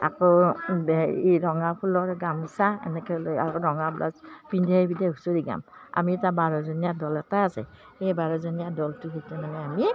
আকৌ এই ৰঙা ফুলৰ গামোচা এনেকৈ লৈ আকৌ ৰঙা ব্লউজ পিন্ধি পিন্ধি হুঁচৰি গাম আমি এটা বাৰজনীয়া দল এটা আছে সেই বাৰজনীয়া দলটো সেইটো মানে আমি